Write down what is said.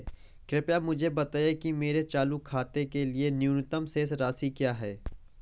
कृपया मुझे बताएं कि मेरे चालू खाते के लिए न्यूनतम शेष राशि क्या है?